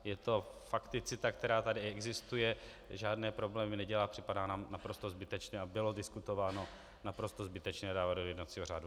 Je to fakticita, která tady existuje, žádné problémy nedělá, připadá nám naprosto zbytečné a bylo diskutováno, naprosto zbytečné dávat do jednacího řádu.